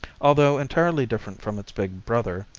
although entirely different from its big brother,